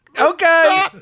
okay